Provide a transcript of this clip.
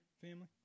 family